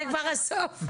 זה כבר הסוף.